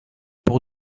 pour